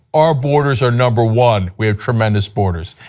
our borders are number one. we have to amend us borders.